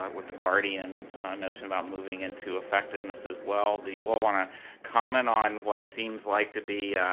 um with the guardian notion about moving into effectiveness as well do you all want to comment on what seems like to be,